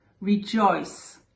Rejoice